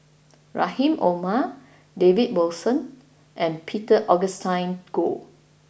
Rahim Omar David Wilson and Peter Augustine Goh